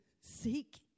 seek